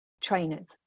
trainers